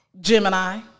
Gemini